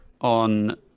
on